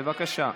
בבקשה,